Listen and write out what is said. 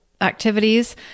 activities